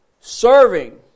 Serving